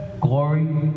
Glory